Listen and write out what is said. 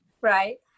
Right